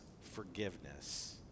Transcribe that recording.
forgiveness